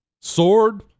sword